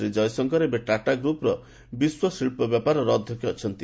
ଶ୍ରୀ କୟଶଙ୍କର ଏବେ ଟାଟା ଗ୍ରପ୍ର ବିଶ୍ୱ ଶିଳ୍ପ ବ୍ୟାପାର ଅଧ୍ୟକ୍ଷ ଅଛନ୍ତି